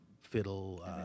fiddle